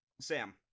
Sam